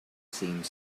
same